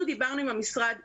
אנחנו דיברנו עם המשרד בקיץ.